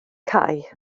cae